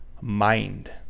mind